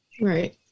Right